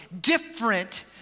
different